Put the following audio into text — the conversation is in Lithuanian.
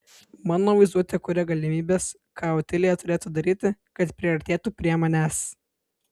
mano vaizduotė kuria galimybes ką otilija turėtų daryti kad priartėtų prie manęs